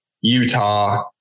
Utah